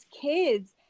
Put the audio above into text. kids